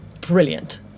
brilliant